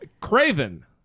Craven